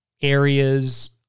areas